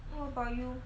what about you